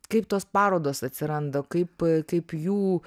kaip tos parodos atsiranda kaip kaip jų